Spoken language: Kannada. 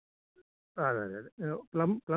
ಹಾಂ ಕಡಿಮೆ ಮಾಡೋಣ ಮೂವತ್ತೈದು ರೂಪಾಯಿ ಮಾಡೋಣಂತ